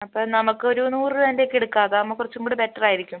അപ്പം നമുക്ക് ഒരു നൂറ് രൂപേന്റെ ഒക്കെ എടുക്കാം അതാകുമ്പം കുറച്ചും കൂടി ബെറ്റർ ആയിരിക്കും